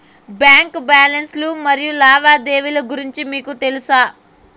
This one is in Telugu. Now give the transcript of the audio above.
బ్యాంకు బ్యాలెన్స్ లు మరియు లావాదేవీలు గురించి మీకు తెల్సా?